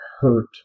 hurt